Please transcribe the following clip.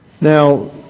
Now